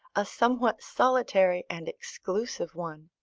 a somewhat solitary and exclusive one.